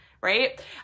right